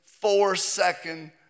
four-second